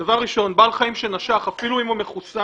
דבר ראשון - בעל חיים שנשך, אפילו אם הוא מחוסן,